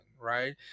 right